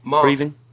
breathing